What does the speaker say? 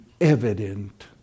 evident